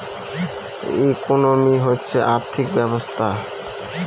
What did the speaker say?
economy হচ্ছে আর্থিক ব্যবস্থা